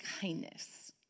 kindness